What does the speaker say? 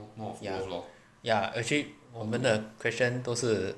ya ya actually 我们的 question 都是